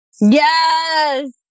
Yes